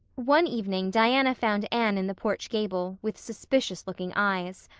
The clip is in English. one evening diana found anne in the porch gable, with suspicious-looking eyes.